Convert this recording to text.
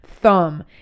thumb